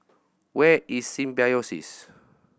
where is Symbiosis